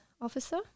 officer